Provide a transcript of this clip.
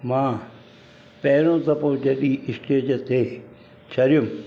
मां पहिरियों दफ़ो जॾहिं स्टेज ते चढ़ियुमि